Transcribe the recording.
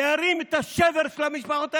להרים את השבר של המשפחות האלה,